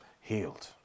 healed